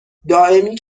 دائمی